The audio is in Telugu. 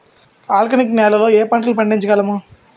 ఆల్కాలిక్ నెలలో ఏ పంటలు పండించగలము?